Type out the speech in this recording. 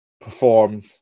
performed